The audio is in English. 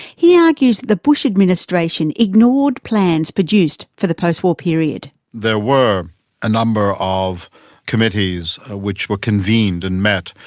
he argues that the bush administration ignored plans produced for the post-war period. there were a number of committees ah which were convened and met,